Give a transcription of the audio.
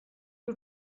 you